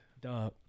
Duh